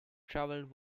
traveled